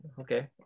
okay